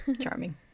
Charming